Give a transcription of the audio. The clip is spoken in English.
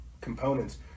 components